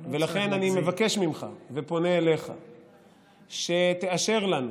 ולכן, אני מבקש ממך ופונה אליך שתאשר לנו